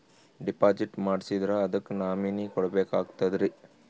Deposit ಮಾಡ್ಸಿದ್ರ ಅದಕ್ಕ nominee ಕೊಡಬೇಕಾಗ್ತದ್ರಿ?